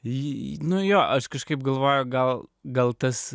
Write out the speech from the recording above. nu jo aš kažkaip galvojau gal gal tas